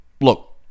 Look